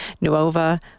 Nuova